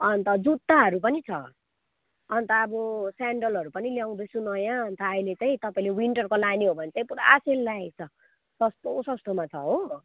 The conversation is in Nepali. अन्त जुत्ताहरू पनि छ अन्त अब स्यान्डलहरू पनि ल्याउँदैछु नयाँ अन्त अहिले चाहिँ तपाईँले विन्टरको लाने हो भने चाहिँ पुरा सेल लागेको छ सस्तो सस्तोमा छ